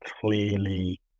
clearly